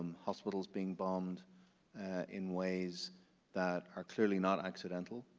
hospitals being bombed in ways that are clearly not accidental,